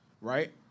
right